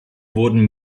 wurden